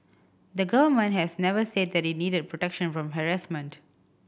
the Government has never said that it needed protection from harassment